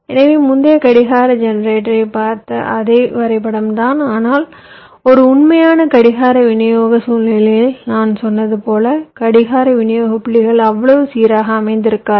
எனவே முந்தைய கடிகார ஜெனரேட்டரை பார்த்த அதே வரைபடம்தான் ஆனால் ஒரு உண்மையான கடிகார விநியோக சூழ்நிலையில் நான் சொன்னது போல் கடிகார விநியோக புள்ளிகள் அவ்வளவு சீராக அமைந்திருக்காது